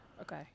okay